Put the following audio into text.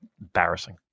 Embarrassing